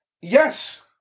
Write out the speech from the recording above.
Yes